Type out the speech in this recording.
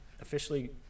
officially